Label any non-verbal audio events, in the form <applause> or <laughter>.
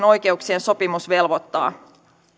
<unintelligible> oikeuksien sopimus velvoittaa